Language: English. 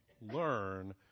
learn